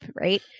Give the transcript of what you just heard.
right